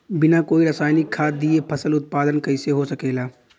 बिना कोई रसायनिक खाद दिए फसल उत्पादन कइसे हो सकेला?